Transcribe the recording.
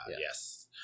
Yes